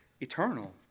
eternal